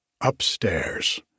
upstairs